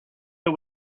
who